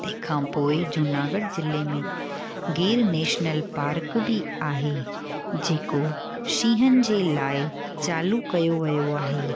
तंहिंखां पोइ जूनागढ़ ज़िले में गिर नेशनल पार्क बि आहे जेको शींहंनि जे लाइ चालू कयो वियो आहे